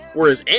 Whereas